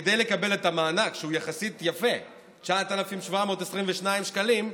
שכדי לקבל את המענק, שהוא יחסית יפה, 9,722 שקלים,